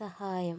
സഹായം